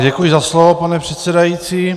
Děkuji za slovo, pane předsedající.